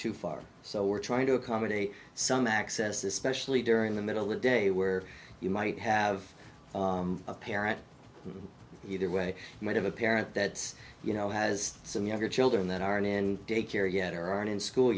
too far so we're trying to accommodate some access especially during the middle of the day where you might have a parent either way you might have a parent that you know has some younger children that aren't in daycare yet or on in school